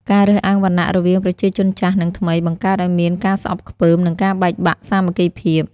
ការរើសអើងវណ្ណៈរវាងប្រជាជនចាស់ និងថ្មី បង្កើតឱ្យមានការស្អប់ខ្ពើម និងការបែកបាក់សាមគ្គីភាព។